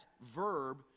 verb